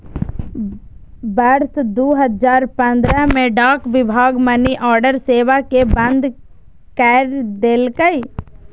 वर्ष दू हजार पंद्रह मे डाक विभाग मनीऑर्डर सेवा कें बंद कैर देलकै